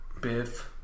Biff